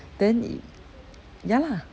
then ya lah